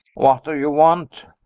what do you want?